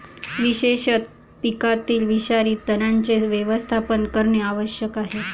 विशेषतः पिकातील विषारी तणांचे व्यवस्थापन करणे आवश्यक आहे